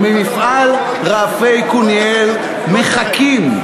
ובמפעל "רעפי קוניאל" מחכים.